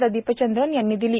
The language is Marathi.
प्रदीपचंद्रन यांनी दिली